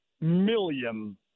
million